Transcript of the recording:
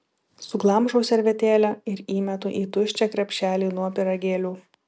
suglamžau servetėlę ir įmetu į tuščią krepšelį nuo pyragėlių